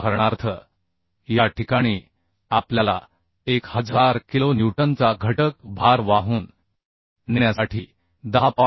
उदाहरणार्थ या ठिकाणी आपल्याला 1000 किलो न्यूटनचा घटक भार वाहून नेण्यासाठी10